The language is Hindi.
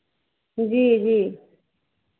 जी जी